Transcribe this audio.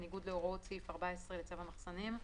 בניגוד להוראות סעיף 14 לצו המחסנים,